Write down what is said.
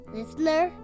Listener